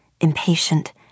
Impatient